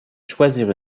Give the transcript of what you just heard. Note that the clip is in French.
choisir